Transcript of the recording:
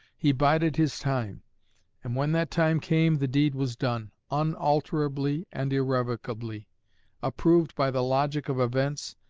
he bided his time and when that time came the deed was done, unalterably and irrevocably approved by the logic of events,